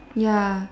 ya